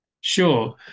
Sure